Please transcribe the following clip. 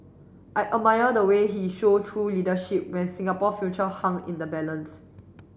I admire the way he show true leadership when Singapore future hung in the balance